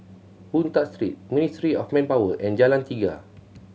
Boon Tat Street Ministry of Manpower and Jalan Tiga